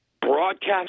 broadcast